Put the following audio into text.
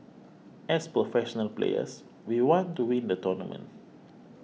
as professional players we want to win the tournament